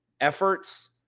efforts